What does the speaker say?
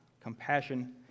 compassion